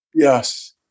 Yes